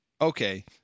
okay